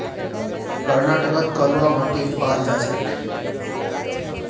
कर्नाटकत कलवा माटी पाल जा छेक